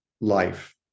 life